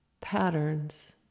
patterns